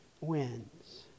wins